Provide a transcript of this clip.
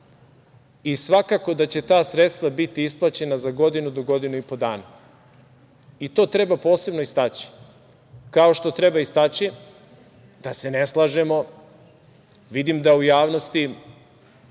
i svakako da će ta sredstva biti isplaćena za godinu, do godinu i po dana. To treba posebno istaći, kao što treba istaći da se ne slažemo, vidim da u javnosti